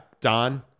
Don